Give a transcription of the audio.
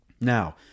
Now